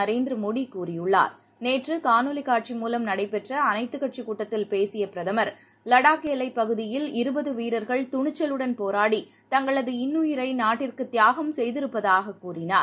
நரேந்திரமோடிகூறியுள்ளார் நேற்றுகாணொளிகாட்சி மூலம் நடைபெற்றஅனைத்துக் கட்சிகூட்டத்தில் பேசியபிரதமர் லடாக் எல்லைப் பகுதியில் இருபதுவீரர்கள் துணிச்சலுடன் போராடி தங்களது இன்னுயிரைநாட்டிற்குதியாகம் செய்திருப்பதாககூறினார்